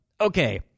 Okay